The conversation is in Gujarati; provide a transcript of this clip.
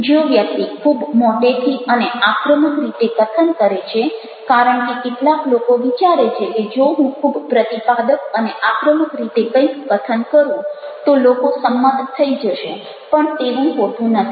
જો વ્યક્તિ ખૂબ મોટેથી અને આક્રમક રીતે કથન કરે છે કારણ કે કેટલાક લોકો વિચારે છે કે જો હું ખૂબ પ્રતિપાદક અને આક્રમક રીતે કંઈક કથન કરું તો લોકો સંમત થઈ જશે પણ તેવું હોતું નથી